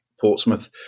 Portsmouth